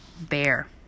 bear